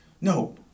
No